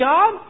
God